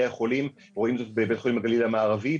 החולים רואים זאת בבית חולים הגליל המערבי,